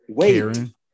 Karen